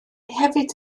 hefyd